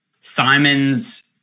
Simons